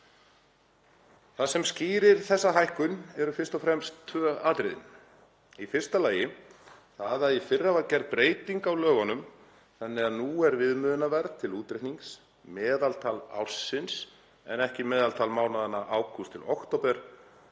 Það sem skýrir þessa hækkun eru fyrst og fremst tvö atriði; annars vegar það að í fyrra var gerð breyting á lögunum þannig að nú er viðmiðunarverð til útreiknings meðaltal ársins en ekki meðaltal mánaðanna ágúst til október,